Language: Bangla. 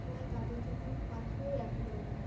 ও তাদের জন্য পাখিও এক এক রকম